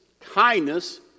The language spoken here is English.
kindness